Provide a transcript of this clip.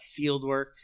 Fieldwork